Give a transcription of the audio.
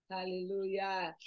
Hallelujah